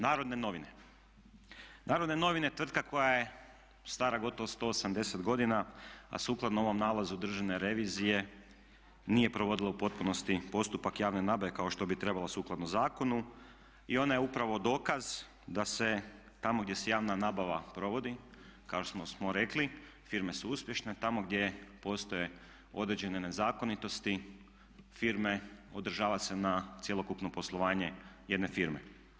Narodne novine, tvrtka koja je stara gotovo 180 godina, a sukladno ovom nalazu Državne revizije nije provodila u potpunosti postupak javne nabave kao što bi trebala sukladno zakonu i ona je upravo dokaz da se tamo gdje se javna nabava provodi kao što smo rekli firme su uspješne, tamo gdje postoje određene nezakonitosti firme odražava se na cjelokupno poslovanje jedne firme.